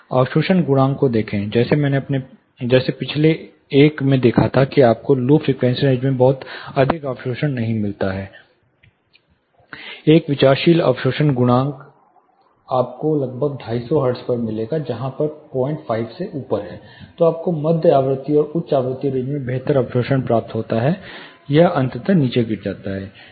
अवशोषण गुणांक को देखो जैसे आपने पिछले एक में देखा था कि आपको लो फ़्रीक्वेंसी रेंज में बहुत अधिक अवशोषण नहीं मिलता है एक विचारशील अवशोषण गुणांक आपको लगभग 250 हर्ट्ज पर मिलेगा जहाँ यह 05 से ऊपर है तो आपको मध्य आवृत्ति और उच्च आवृत्ति रेंज में में बेहतर अवशोषण प्राप्त होता है यह अंततः नीचे गिर रहा है